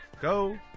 go